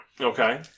Okay